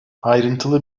ayrıntılı